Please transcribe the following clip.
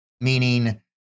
meaning